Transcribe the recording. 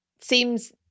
seems